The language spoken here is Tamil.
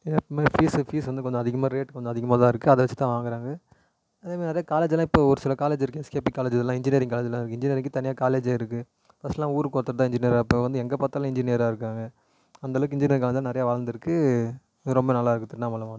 இந்த மாரி ஃபீஸ்ஸு ஃபீஸ் வந்து கொஞ்சம் அதிகமாக ரேட் கொஞ்சம் அதிகமாக தான் இருக்குது அதை வச்சு தான் வாங்கிறாங்க அதே மாரி நிறைய காலேஜலாம் இப்போ ஒரு சில காலேஜ் இருக்குது எஸ்கேபி காலேஜ் இதெலாம் இன்ஜினியரிங் காலேஜ்லாம் இருக்குது இன்ஜினியரிங்க்கு தனியாக காலேஜே இருக்குது ஃபஸ்ட்லாம் ஊருக்கு ஒருத்தர்தான் இன்ஜினியராக இப்போ வந்து எங்கே பார்த்தாலும் இன்ஜினியராக இருக்காங்க அந்தளவுக்கு இன்ஜினியரிங் காலேஜ்லாம் நிறையா வளர்ந்துருக்கு இது ரொம்ப நல்லா இருக்குது திருவண்ணாமலை மாவட்டத்தில்